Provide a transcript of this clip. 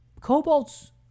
Cobalt's